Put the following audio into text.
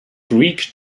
greek